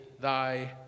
thy